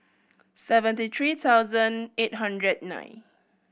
seventy three thousand eight hundred nine